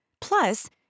Plus